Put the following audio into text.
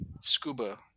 scuba